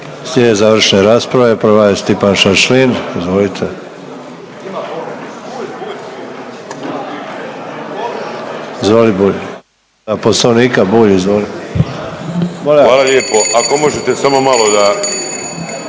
Slijede završne rasprave, prva je Stipan Šašlin, izvolite. Izvoli Bulj, … poslovnika izvoli. **Bulj, Miro (MOST)** Hvala lijepo. Ako možete samo malo,